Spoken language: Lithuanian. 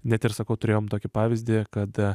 net ir sakau turėjom tokį pavyzdį kada